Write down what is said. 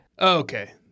Okay